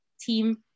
team